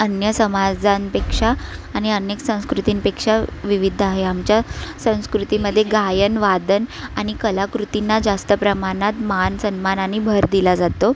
अन्य समाजांपेक्षा आणि अनेक संस्कृतींपेक्षा विविध आहे आमच्या संस्कृतीमध्ये गायन वादन आणि कलाकृतींना जास्त प्रमाणात मान सन्मानाने भर दिला जातो